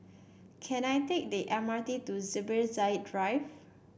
can I take the M R T to Zubir Said Drive